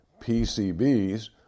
PCBs